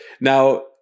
Now